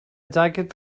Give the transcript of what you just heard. jacket